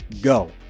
Go